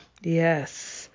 Yes